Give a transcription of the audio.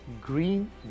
green